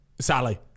Sally